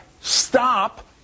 stop